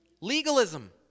Legalism